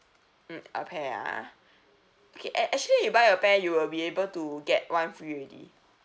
mm a pair ah okay actually you buy a pair you will be able to get one free already